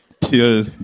Till